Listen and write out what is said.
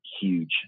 huge